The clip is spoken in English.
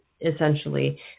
essentially